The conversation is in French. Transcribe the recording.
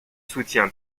soutien